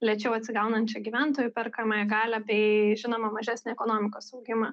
lėčiau atsigaunančią gyventojų perkamąją galią bei žinoma mažesnį ekonomikos augimą